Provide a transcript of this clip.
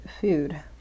food